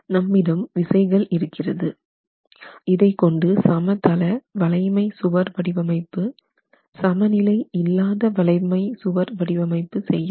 நம்மிடம் விசைகள் இருக்கிறது இதைக் கொண்டு சமதள வளைமை சுவர் வடிவமைப்பு சமநிலை இல்லாத வளைமை சுவர் வடிவமைப்பு செய்யலாம்